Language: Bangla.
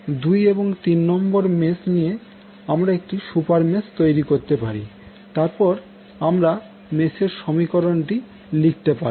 2 এবং 3 নম্বর মেশ নিয়ে আমরা একটি সুপার মেশ তৈরি করতে পারি তারপর আমরা মেশ এর সমীকরণটি লিখতে পারবো